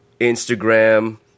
Instagram